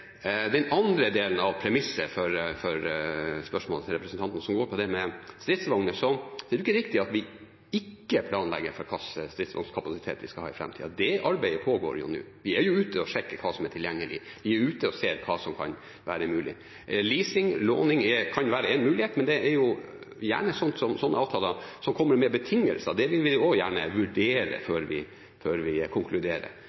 den andre delen av premisset for spørsmålet til representanten, som går på det med stridsvogner, er det ikke riktig at vi ikke planlegger for hva slags stridsvognkapasitet vi skal ha i framtida. Det arbeidet pågår jo nå. Vi er ute og sjekker hva som er tilgjengelig. Vi er ute og ser hva som kan være mulig. Leasing/lån kan være en mulighet, men det er gjerne slike avtaler som kommer med betingelser. Det vil vi også gjerne vurdere